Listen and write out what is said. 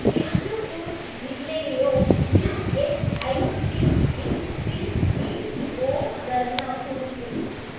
ಬಿಷ್ಣುಪುರ್ ಜಿಲ್ಲೆಲಿರೋ E S I C D C B ಓಗಳನ್ನ ಹುಡುಕು